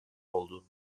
oldu